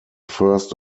first